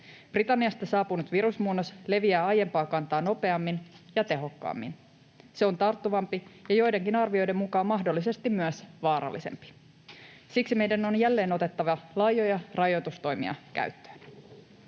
Britanniasta saapunut virusmuunnos leviää aiempaa kantaa nopeammin ja tehokkaammin. Se on tarttuvampi ja joidenkin arvioiden mukaan mahdollisesti myös vaarallisempi. Siksi meidän on jälleen otettava laajoja rajoitustoimia käyttöön.